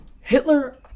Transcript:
Hitler